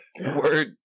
Word